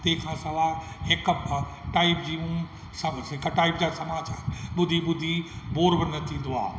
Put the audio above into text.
तंहिं खां सवाइ हिकु फा टाईप जूं सभु हिकु टाईप जा समाचार ॿुधी ॿुधी बोर बि न थींदो